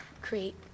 create